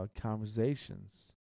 conversations